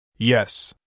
Yes